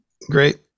great